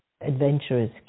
adventurous